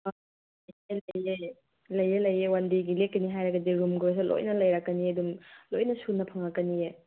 ꯂꯩꯑꯦ ꯂꯩꯑꯦ ꯋꯥꯟ ꯗꯦꯒꯤ ꯂꯦꯛꯀꯅꯤ ꯍꯥꯏꯔꯒꯗꯤ ꯔꯨꯝꯒꯨꯝꯕꯁꯨ ꯂꯣꯏꯅ ꯂꯩꯔꯛꯀꯅꯤ ꯑꯗꯨꯝ ꯂꯣꯏꯅ ꯁꯨꯅ ꯐꯪꯉꯛꯀꯅꯤꯑꯦ